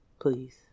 please